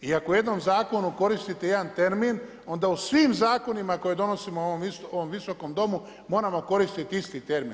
I ako u jednoj zakonu koristite jedan termin, onda u svom zakonima koje donosimo u ovom Visokom domu, moramo koristiti isti termin.